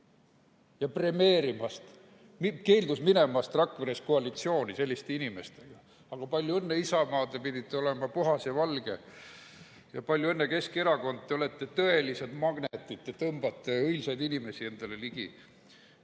EKRE keeldus minemast Rakveres koalitsiooni selliste inimestega. Aga palju õnne, Isamaa, te pidite olema puhas ja valge! Palju õnne, Keskerakond, te olete tõelised magnetid, tõmbate õilsaid inimesi endale ligi!